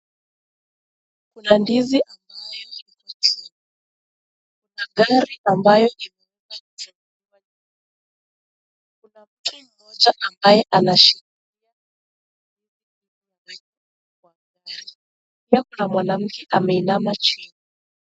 Kuna mtoto anaonekana kuna